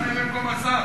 תענה במקום השר.